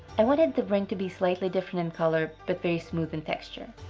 i wanted the ring to be slightly different in color but very smooth and texture,